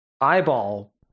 eyeball